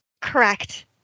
Correct